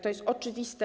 To jest oczywiste.